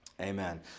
amen